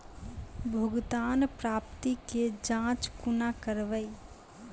भुगतान प्राप्ति के जाँच कूना करवै?